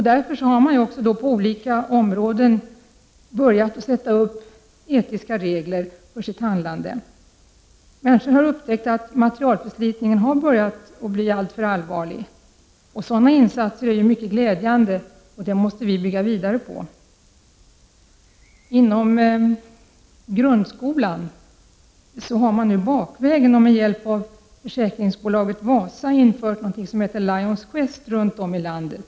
Därför har man på olika områden börjat sätta upp etiska regler för sitt handlande. Människorna har upptäckt att materialförslitningen har börjat bli alltför allvarlig. Sådana insatser är mycket glädjande, och vi måste bygga vidare på dem. Inom grundskolan har man nu bakvägen, med hjälp av försäkringsbolaget Wasa, infört Lions Quest runt om i landet.